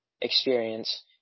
experience